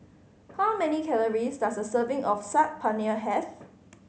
how many calories does a serving of Saag Paneer have